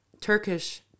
Turkish